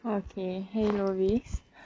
!wah! okay !hey! norris